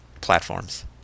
platforms